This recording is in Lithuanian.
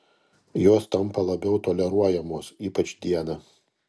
jos tampa labiau toleruojamos ypač dieną